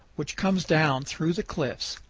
which comes down through the cliffs.